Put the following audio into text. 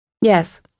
Yes